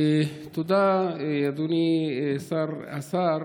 תודה, אדוני השר.